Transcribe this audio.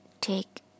take